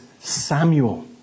Samuel